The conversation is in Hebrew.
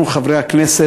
אנחנו, חברי הכנסת,